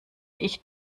ich